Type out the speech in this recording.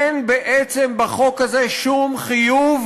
אין בעצם בחוק הזה שום חיוב